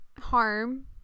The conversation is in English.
harm